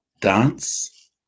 dance